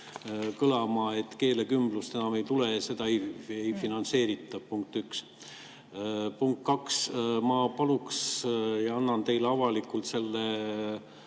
kõlama, et keelekümblust enam ei tule, seda ei finantseerita. Punkt üks. Punkt kaks, ma palun ja annan teile avalikult selle